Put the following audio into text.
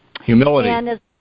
Humility